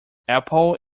apple